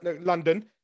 London